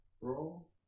roll